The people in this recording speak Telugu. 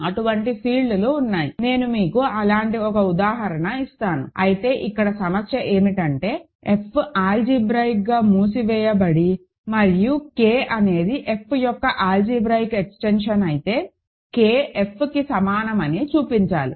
అటువంటి ఫీల్డ్లు ఉన్నాయి నేను మీకు అలాంటి ఒక ఉదాహరణ ఇస్తాను అయితే ఇక్కడ సమస్య ఏమిటంటే F ఆల్జీబ్రాయిక్ గా మూసివేయబడి మరియు K అనేది F యొక్క ఆల్జీబ్రాయిక్ ఎక్స్టెన్షన్ అయితే K F కి సమానమని చూపించాలి